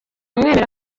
mwemera